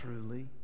truly